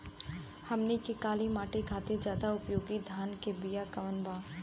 हमनी के काली माटी खातिर ज्यादा उपयोगी धान के बिया कवन बा?